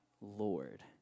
lord